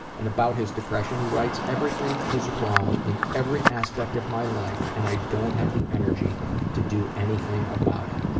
and about his depression he writes, everything is wrong in every aspect of my life and i don't have the energy to do anything about it.